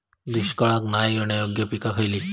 दुष्काळाक नाय ऐकणार्यो पीका खयली?